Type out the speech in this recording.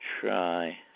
Try